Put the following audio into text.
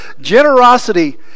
Generosity